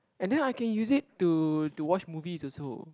and then I can use it to to watch movies also